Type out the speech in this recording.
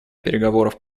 переговоров